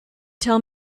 tell